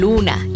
Luna